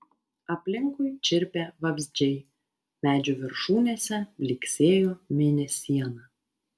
aplinkui čirpė vabzdžiai medžių viršūnėse blyksėjo mėnesiena